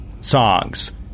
songs